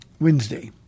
Wednesday